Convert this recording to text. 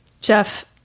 Jeff